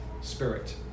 Spirit